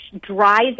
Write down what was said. dries